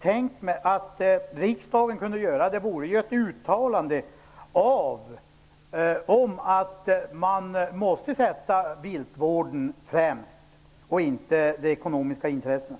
tänkt mig att riksdagen kunde göra var ett utalande om att man måste sätta viltvården främst och inte de ekonomiska intressena.